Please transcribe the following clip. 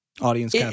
Audience